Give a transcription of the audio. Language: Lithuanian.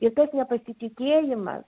ir tas nepasitikėjimas